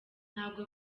ntabwo